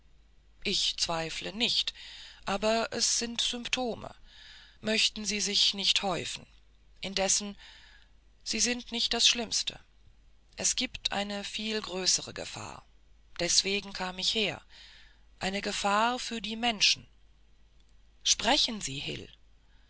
ich zweifle nicht aber es sind symptome möchten sie sich nicht häufen indessen sie sind nicht das schlimmste es gibt eine viel größere gefahr deswegen kam ich her eine gefahr für die menschen sprechen sie